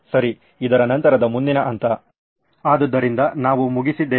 ಸರಿ ಇದರ ನಂತರದ ಮುಂದಿನ ಹಂತ ಆದ್ದರಿಂದ ನಾವು ಮುಗಿಸಿದ್ದೇವೆ